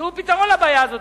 תמצאו פתרון לבעיה הזאת.